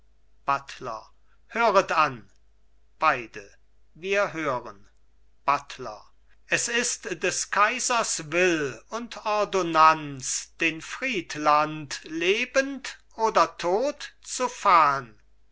buttler höret an beide wir hören buttler es ist des kaisers will und ordonnanz den friedland lebend oder tot zu fahen